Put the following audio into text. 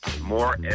more